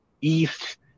east